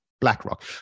BlackRock